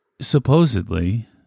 supposedly